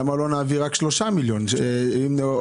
למה לא נעביר רק 3 מיליון שקלים או